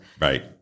right